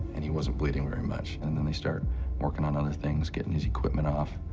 and he wasn't bleeding very much. and then they start working on other things, getting his equipment off,